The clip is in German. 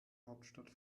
hauptstadt